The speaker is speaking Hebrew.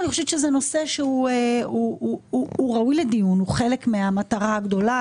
אני חושבת שזה נושא שהוא ראוי לדיון; הוא חלק מהמטרה הגדולה,